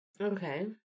Okay